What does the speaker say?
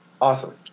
Awesome